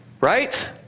Right